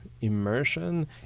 immersion